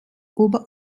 über